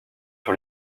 sur